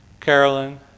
Carolyn